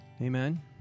Amen